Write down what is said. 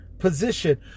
position